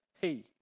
hey